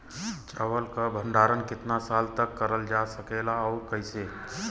चावल क भण्डारण कितना साल तक करल जा सकेला और कइसे?